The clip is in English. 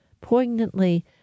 Poignantly